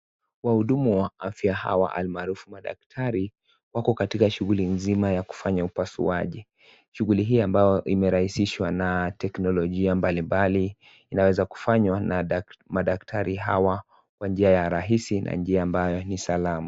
Wahudumu wa afya hawa almarufu madaktari, wako katika shughuli nzima ya kufanya upasuaji. Shughuli hii ambao imeraahisishwa na technologia mbali mbali, inaweza kufanyiwana madaktari hawa kwa njia ya rahisi na ambayo ni salama.